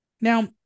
Now